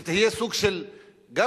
שיהיה סוג של אינטגרציה,